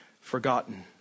forgotten